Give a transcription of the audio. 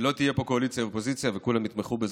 שלא יהיו פה קואליציה ואופוזיציה וכולם יתמכו בזה.